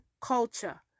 Culture